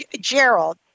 Gerald